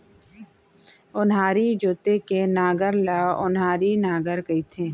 ओन्हारी जोते के नांगर ल ओन्हारी नांगर कथें